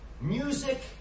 music